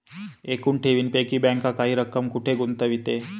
एकूण ठेवींपैकी बँक काही रक्कम कुठे गुंतविते?